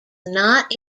not